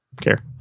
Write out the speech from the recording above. care